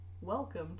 Welcome